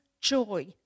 joy